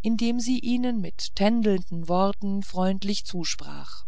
indem sie ihnen mit tändelnden worten freundlich zusprach